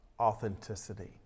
authenticity